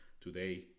Today